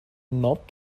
not